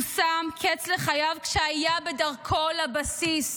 הוא שם קץ לחייו כשהיה בדרכו לבסיס.